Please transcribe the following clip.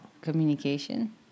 communication